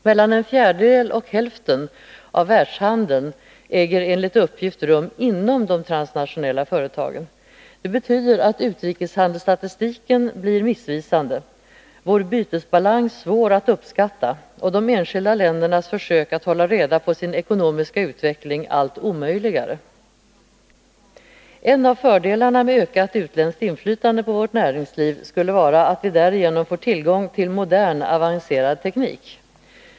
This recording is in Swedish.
Mellan en fjärdedel och hälften av världshandeln äger enligt uppgift rum inom de transnationella företagen. Det betyder att utrikeshandelsstatistiken blir missvisande, vår bytesbalans svår att uppskatta och de enskilda ländernas försök att hålla reda på sin ekonomiska utveckling allt omöjligare. En av fördelarna med ökat utländskt inflytande på vårt näringsliv skulle vara att vi därigenom får tillgång till modern, avancerad teknik.